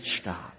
stop